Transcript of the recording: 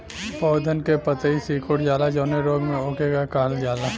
पौधन के पतयी सीकुड़ जाला जवने रोग में वोके का कहल जाला?